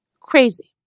Crazy